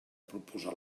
proposar